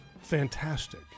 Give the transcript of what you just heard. fantastic